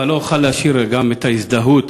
אבל לא אוכל להשאיר גם את ההזדהות.